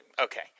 Okay